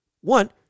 one